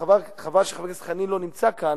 וחבל שחבר הכנסת חנין לא נמצא כאן,